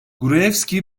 gruevski